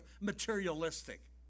materialistic